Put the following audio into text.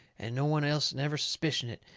and no one else never suspicion it,